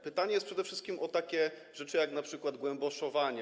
Pytanie jest przede wszystkim o takie rzeczy, jak np. głęboszowanie.